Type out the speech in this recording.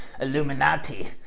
illuminati